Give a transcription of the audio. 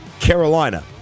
Carolina